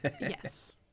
Yes